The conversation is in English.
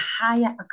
higher